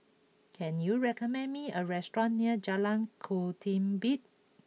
can you recommend me a restaurant near Jalan Ketumbit